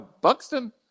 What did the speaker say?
Buxton